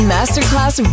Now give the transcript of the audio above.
Masterclass